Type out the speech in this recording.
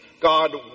God